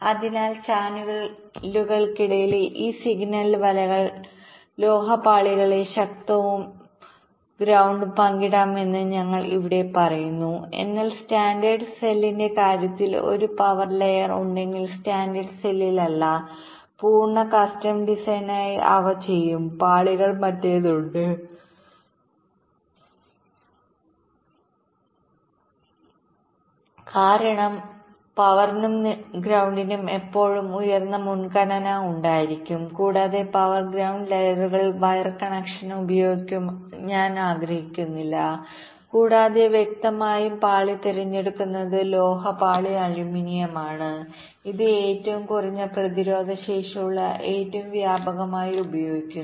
അതിനാൽ ചാനലുകൾക്കുള്ളിലെ ഈ സിഗ്നൽ വലകൾ ലോഹ പാളികളെ ശക്തിയും നിലവും പങ്കിടാമെന്ന് ഞങ്ങൾ ഇവിടെ പറയുന്നു എന്നാൽ സ്റ്റാൻഡേർഡ് സെല്ലിന്റെ കാര്യത്തിൽ ഒരു പവർ ലെയർ ഉണ്ടെങ്കിൽ സ്റ്റാൻഡേർഡ് സെല്ലിലല്ല പൂർണ്ണ കസ്റ്റം ഡിസൈനിനായി അവ ചെയ്യും പാളികൾ മാറ്റേണ്ടതുണ്ട് കാരണം ശക്തിക്കും നിലത്തിനും എല്ലായ്പ്പോഴും ഉയർന്ന മുൻഗണന ഉണ്ടായിരിക്കും കൂടാതെ പവർ ഗ്രൌണ്ട് ലെയറുകളിൽ വയർ കണക്ഷൻ ഉപയോഗിക്കാൻ നിങ്ങൾ ആഗ്രഹിക്കുന്നില്ല കൂടാതെ വ്യക്തമായും പാളി തിരഞ്ഞെടുക്കുന്നത് ലോഹ പാളി അലുമിനിയമാണ് ഇത് ഏറ്റവും കുറഞ്ഞ പ്രതിരോധശേഷിയുള്ള ഏറ്റവും വ്യാപകമായി ഉപയോഗിക്കുന്നു